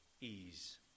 ease